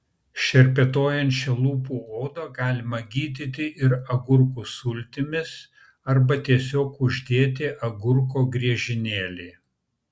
šerpetojančią lūpų odą galima gydyti ir agurkų sultimis arba tiesiog uždėti agurko griežinėlį